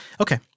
Okay